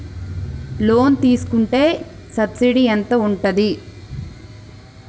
Loan తీసుకుంటే subsidy ఎంత ఉంటది?